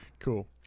cool